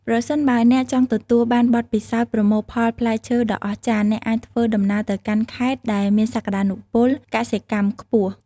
ប្រសិនបើអ្នកចង់ទទួលបានបទពិសោធន៍ប្រមូលផលផ្លែឈើដ៏អស្ចារ្យ អ្នកអាចធ្វើដំណើរទៅកាន់ខេត្តដែលមានសក្តានុពលកសិកម្មខ្ពស់។